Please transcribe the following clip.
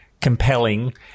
compelling